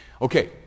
Okay